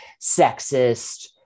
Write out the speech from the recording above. sexist